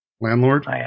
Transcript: landlord